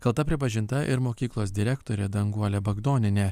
kalta pripažinta ir mokyklos direktorė danguolė bagdonienė